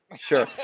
Sure